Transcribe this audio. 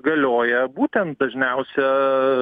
galioja būtent dažniausia